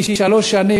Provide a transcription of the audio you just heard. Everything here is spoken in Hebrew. כי שלוש שנים,